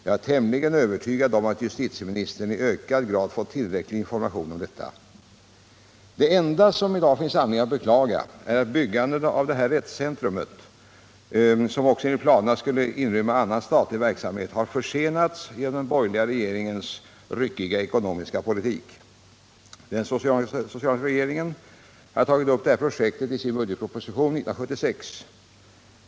Jag är tämligen övertygad om att justitieministern fått tillräcklig information om detta. Det enda som det i dag finns anledning att beklaga är att byggandet av detta rättscentrum — som enligt planerna också skall inrymma annan statlig verksamhet — har försenats genom den borgerliga regeringens ryckiga ekonomiska politik. Den socialdemokratiska regeringen hade tagit upp detta projekt i sin budgetproposition 1976.